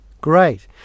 Great